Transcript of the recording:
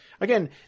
Again